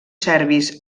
serbis